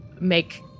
make